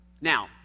Now